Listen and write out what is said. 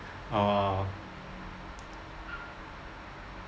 uh